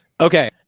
okay